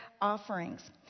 offerings